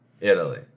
Italy